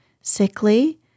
sickly